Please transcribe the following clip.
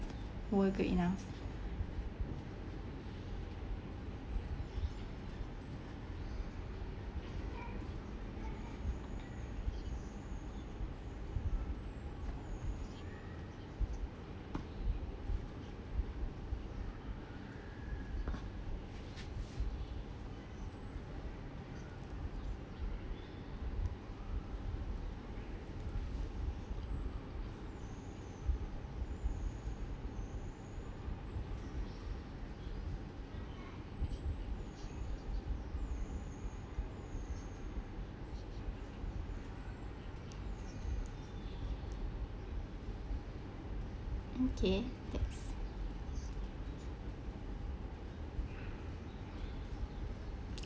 were good enough okay that's